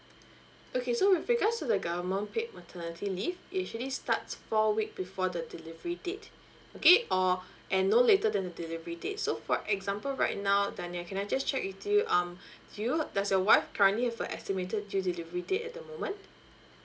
okay so with regards to the government paid maternity leave it actually starts four week before the delivery date okay or and no later than the delivery date so for example right now danial can I just check with you um do you does your wife currently have a estimated due delivery date at the moment